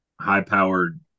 high-powered